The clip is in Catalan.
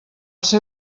seu